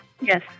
Yes